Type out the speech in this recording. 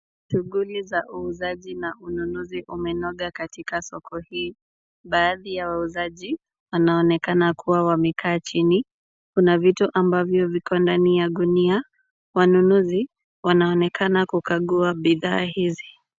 Shughuli ya ununuzi na uuzaji umenoga katika soko hili. Baadhi nya wauzaji wanaonekana kuwa wamekaa chini. Kuna vitu ambavyo viko ndani ya gunia. Wanunuzi wanaonekana kukagua bidhaa hizi.